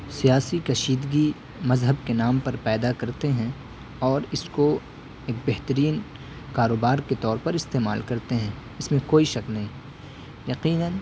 سیاسی کشیدگی مذہب کے نام پر پیدا کرتے ہیں اور اس کو ایک بہترین کاروبار کے طور پر استعمال کرتے ہیں اس میں کوئی شک نہیں یقیناً